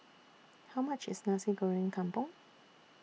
How much IS Nasi Goreng Kampung